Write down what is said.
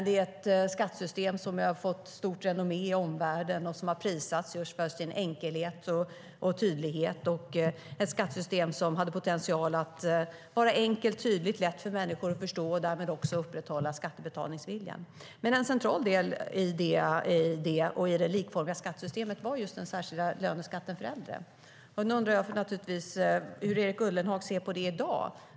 Detta skattesystem har fått stort renommé i omvärlden, har prisats för sin enkelhet och tydlighet och hade potential att vara enkelt, tydligt och lätt för människor att förstå och därmed upprätthålla skattebetalningsviljan. En central del i detta och i det likformiga skattesystemet var just den särskilda löneskatten för äldre. Nu undrar jag hur du ser på detta i dag, Erik Ullenhag.